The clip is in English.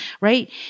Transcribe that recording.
right